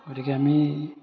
গতিকে আমি